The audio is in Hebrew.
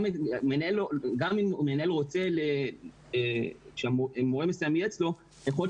גם אם מנהל רוצה שמורה מסוים יהיה אצלו היכולת